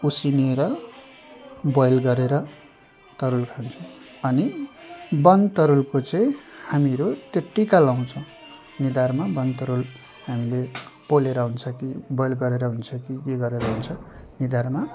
उसिनेर बोयल गरेर तरुल खान्छौँ अनि वनतरुलको चाहिँ हामीहरू त्यो टिका लगाउँछौँ निधारमा वनतरुल हामीले पोलेर हुन्छ कि बोयल गरेर हुन्छ कि के गरेर हुन्छ निधारमा